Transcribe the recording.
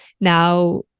now